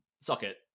socket